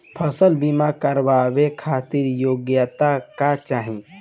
फसल बीमा करावे खातिर योग्यता का चाही?